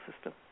system